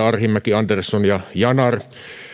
arhinmäki andersson ja yanar